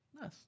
Nice